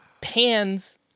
Pan's